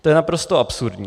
To je naprosto absurdní.